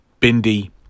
Bindi